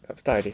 start already